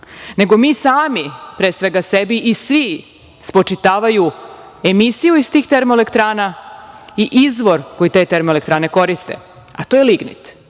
nego mi sami pre svega, sebi i svi spočitavaju emisiju iz tih termoelektrana, i izvor koji te termoelektrane koriste, a to je lignit.I